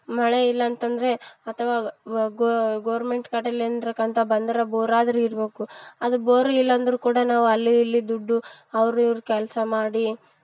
ಮಳೆ ಇಲ್ಲಂತಂದರೆ ಅಥವಾ ಗೋರ್ಮೆಂಟ್ ಕಡೆಲಿಂದಕ್ಕಂಥ ಬಂದ್ರೆ ಬೋರಾದ್ರೂ ಇರ್ಬೇಕು ಅದು ಬೋರೂ ಇಲ್ಲ ಅಂದ್ರೂ ಕೂಡ ನಾವು ಅಲ್ಲಿ ಇಲ್ಲಿ ದುಡ್ಡು ಅವರು ಇವರು ಕೆಲಸ ಮಾಡಿ